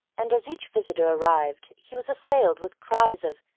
and as each visitor arrived he was assailed with cries of,